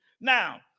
Now